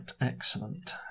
Excellent